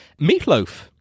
Meatloaf